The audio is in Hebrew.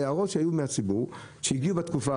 העלו את המחיר ואז עשו הנחה כאשר בפועל